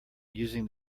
using